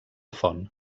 font